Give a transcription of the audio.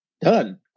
done